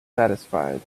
satisfied